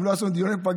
אם לא יעשו דיוני פגרה,